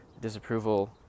disapproval